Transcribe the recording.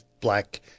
black